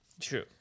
true